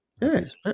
Yes